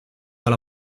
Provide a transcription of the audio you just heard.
alla